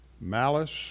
Malice